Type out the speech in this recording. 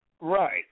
Right